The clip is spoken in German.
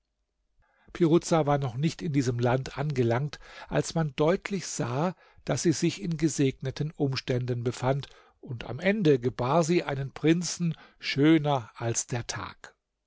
piruza war noch nicht in diesem land angelangt als man deutlich sah daß sie sich in gesegneten umständen befand und am ende gebar sie einen prinzen schöner als der tag